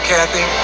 Kathy